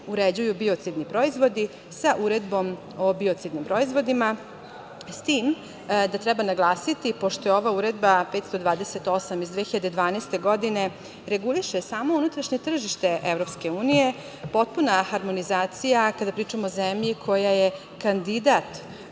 uređuju biocidni proizvodi, sa Uredbom o biocidnim proizvodima, s tim da treba naglasiti, pošto ova uredba 528 iz 2012. godine reguliše samo unutrašnje tržište EU, potpuna harmonizacija kada pričamo o zemlji koja je kandidat,